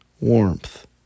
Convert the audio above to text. warmth